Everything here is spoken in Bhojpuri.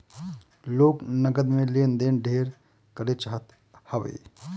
लोग नगद में लेन देन ढेर करे चाहत हवे